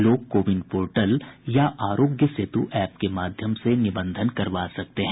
लोग कोविन पोर्टल या आरोग्य सेतु एप के माध्यम से निबंधन करा सकते हैं